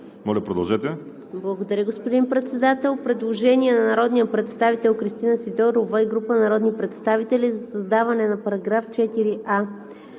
АТАНАСОВА: Благодаря, господин Председател. Предложение на народния представител Кристина Сидорова и група народни представители за създаване на § 4а. „§ 4а.